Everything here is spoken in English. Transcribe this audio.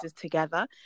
together